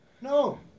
No